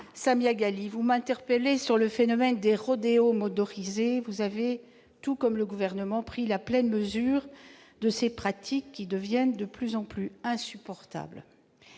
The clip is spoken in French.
Samia Ghali, vous nous interpellez sur le phénomène des rodéos motorisés. Vous avez, tout comme le Gouvernement, pris la pleine mesure de ces pratiques qui deviennent de plus en plus insupportables.